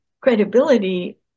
credibility